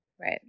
Right